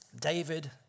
David